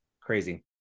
Crazy